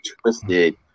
twisted